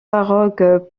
baroque